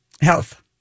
Health